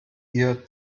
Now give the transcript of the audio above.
ihr